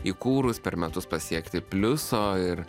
įkūrus per metus pasiekti pliuso ir